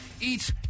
eats